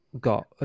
got